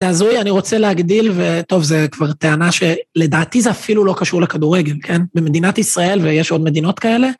זה הזוי, אני רוצה להגדיל, וטוב, זה כבר טענה שלדעתי זה אפילו לא קשור לכדורגל, כן? במדינת ישראל ויש עוד מדינות כאלה.